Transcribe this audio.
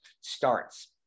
starts